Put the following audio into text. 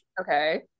Okay